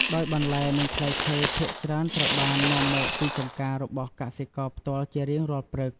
ដោយបន្លែ និងផ្លែឈើ ភាគច្រើនត្រូវបាននាំមកពីចម្ការរបស់កសិករផ្ទាល់ជារៀងរាល់ព្រឹក។